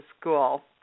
school